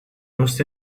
most